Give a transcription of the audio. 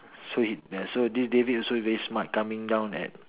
so he ya so this David also very smart coming down at